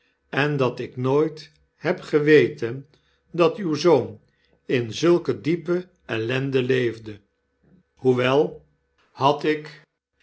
en dat ik nooit heb geweten dat uw zoon in zulke diepe ellende leefde hoewel ik had ik